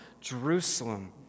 Jerusalem